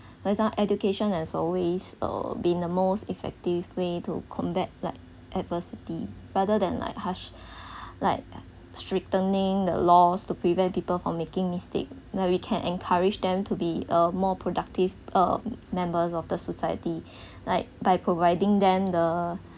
for example education has always uh been the most effective way to combat like adversity rather than like harsh like strengthening the laws to prevent people from making mistakes no we can encourage them to be uh more productive uh members of the society like by providing them the